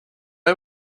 are